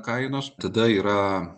kainos tada yra